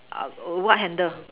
uh what handle